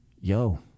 yo